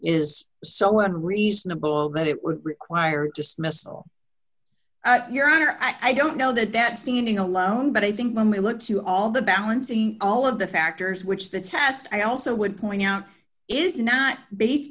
is so unreasonable that it would require dismissal your honor i don't know that that standing alone but i think when we look to all the balancing all of the factors which the task i also would point out is not based